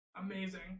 amazing